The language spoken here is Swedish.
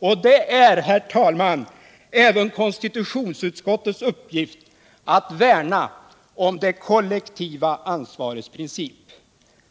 Och det är, herr talman, även konstitutionsutskottets uppgift att värna om det kollektiva ansvarets princip.